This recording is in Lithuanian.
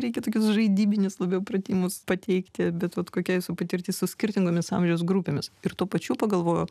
reikia tokius žaidybinius labiau pratimus pateikti bet vat kokia jūsų patirtis su skirtingomis amžiaus grupėmis ir tuo pačiu pagalvojau